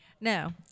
No